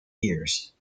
years